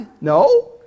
No